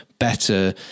Better